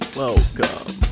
welcome